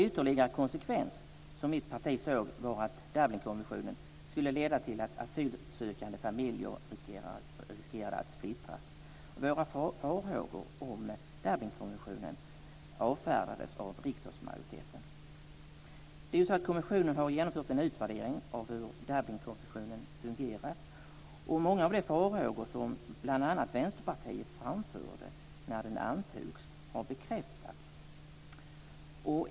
Ytterligare en konsekvens som mitt parti såg var att Dublinkonventionen skulle leda till att asylsökande familjer riskerade att splittras. Våra farhågor om Dublinkonventionen avfärdades av riksdagsmajoriteten. Kommissionen har genomfört en utvärdering av hur Dublinkonventionen fungerat. Många av de farhågor som bl.a. Vänsterpartiet framförde när den antogs har bekräftats.